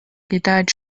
gedeiht